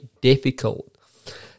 difficult